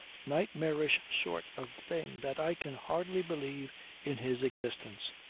nightmarish sort of thing that i can hardly believe in his existence.